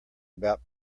about